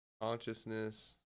consciousness